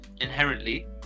inherently